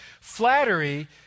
Flattery